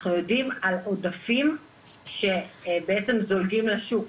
אנחנו יודעים על עודפים שבעצם זולגים לשוק,